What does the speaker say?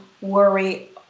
worry